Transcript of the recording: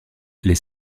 les